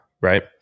right